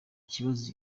kibazo